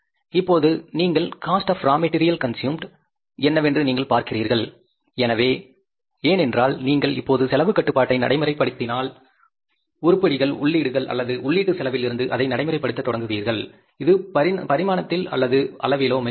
இப்போது நீங்கள் cost of raw material consumed என்னவென்று நீங்கள் பார்க்கிறீர்கள் ஏனென்றால் நீங்கள் இப்போது செலவு கட்டுப்பாட்டைக் நடைமுறைப் படுத்தினால் உருப்படிகள் உள்ளீடுகள் அல்லது உள்ளீட்டு செலவில் இருந்து அதைப் நடைமுறைப்படுத்த தொடங்குகிறீர்கள் இது பரிமாணத்தில் அல்லது அளவிலோ மிகப்பெரியது